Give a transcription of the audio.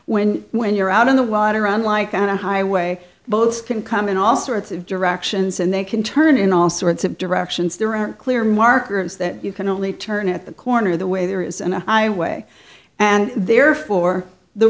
when when you're out in the water on like on a highway boats can come in all sorts of directions and they can turn in all sorts of directions there aren't clear markers that you can only turn at the corner the way there is and i way and therefore the